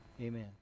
Amen